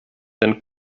den